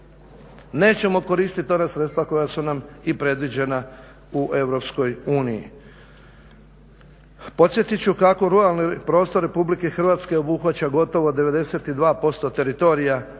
nećemo koristiti ona sredstava koja su nam i predviđena u Europskoj uniji. Podsjetiti ću kako ruralni prostor Republike Hrvatske obuhvaća gotovo 92% teritorija